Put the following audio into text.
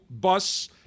bus